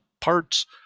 parts